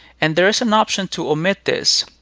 and there is an option to omit this.